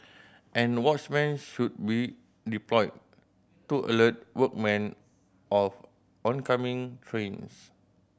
and watchmen should be deployed to alert workmen of oncoming trains